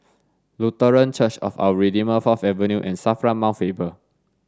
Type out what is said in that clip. Lutheran Church of Our Redeemer Fourth Avenue and SAFRA Mount Faber